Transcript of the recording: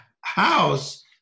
house